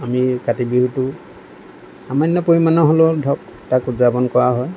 আমি কাতি বিহুটো সামান্য পৰিমাণৰ হ'লেও ধৰক তাক উদযাপন কৰা হয়